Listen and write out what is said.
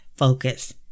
focus